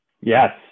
Yes